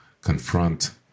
Confront